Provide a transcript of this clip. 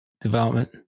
development